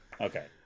Okay